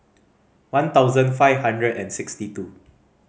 one thousand five hundred and sixty two